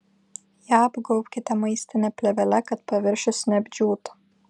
ją apgaubkite maistine plėvele kad paviršius neapdžiūtų